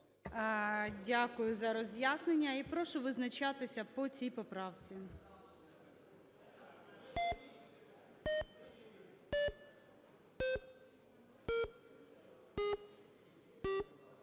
Дякую за роз'яснення і прошу визначатися по цій поправці.